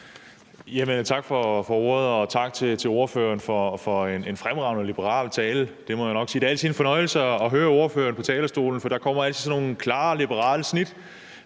Tak for ordet, og tak til ordføreren for en fremragende liberal tale. Det må jeg nok sige. Det er altid en fornøjelse at høre ordføreren på talerstolen, for der kommer altid sådan nogle klare liberale snit,